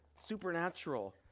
supernatural